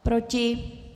Proti?